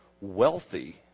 wealthy